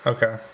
Okay